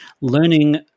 learning